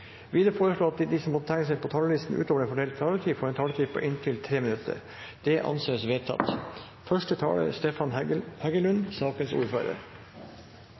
Videre vil presidenten foreslå at de som måtte tegne seg på talerlisten utover den fordelte taletid, får en taletid på inntil 3 minutter. – Det anses vedtatt.